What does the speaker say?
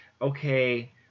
okay